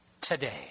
today